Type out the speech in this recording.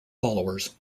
followers